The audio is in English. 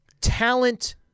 Talent